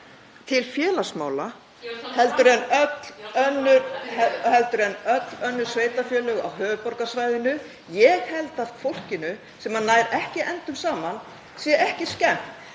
fram í.) heldur en öll önnur sveitarfélög á höfuðborgarsvæðinu. Ég held að fólkinu sem nær ekki endum saman sé ekki skemmt